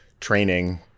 training